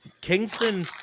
Kingston